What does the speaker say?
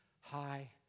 high